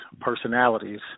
personalities